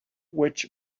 which